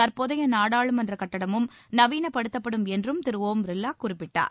தற்போதைய நாடாளுமன்றக் கட்டடமும் நவீனப்படுத்தப்படும் என்றும் திரு ஒம் பிர்வா குறிப்பிட்டார்